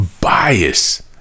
bias